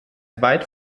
weit